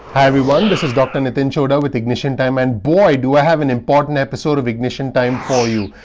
hi everyone! this is dr. nitin chhoda with ignition time and boy do i have an important episode of ignition time for you.